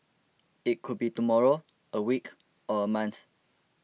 it could be tomorrow a week or a month